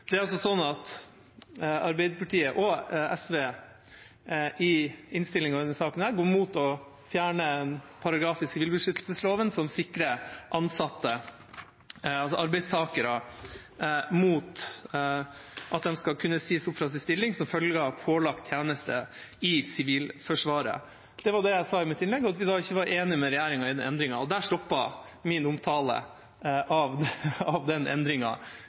Arbeiderpartiet og SV går i innstillinga til denne saken imot å fjerne en paragraf i sivilbeskyttelsesloven som sikrer arbeidstakere mot at de skal kunne sies opp fra sin stilling som følge av pålagt tjeneste i Sivilforsvaret. Det var det jeg sa i mitt innlegg – at vi ikke var enig med regjeringa i den endringen. Der stoppet min omtale av den